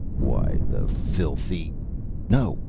why, the filthy no,